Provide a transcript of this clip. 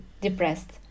depressed